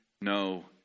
no